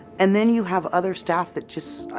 and then you have other staff that just,